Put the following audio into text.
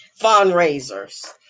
fundraisers